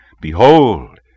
behold